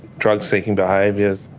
drug-seeking behaviours.